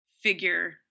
figure